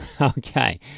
Okay